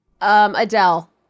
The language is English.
Adele